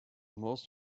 most